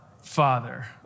Father